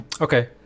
Okay